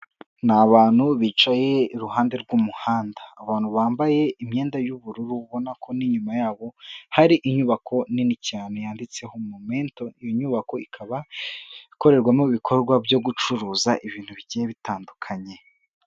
Ni abantu bicaye iruhande rw'umuhanda, abantu bambaye imyenda y'ubururu ubona ko n'inyuma yabo hari inyubako nini cyane yanditseho Momento, iyi nyubako ikaba ikorerwamo ibikorwa byo gucuruza ibintu bigiye bitandukanye.